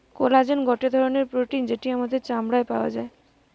collagen গটে ধরণের protein যেটি আমাদের চামড়ায় পাওয়া যায়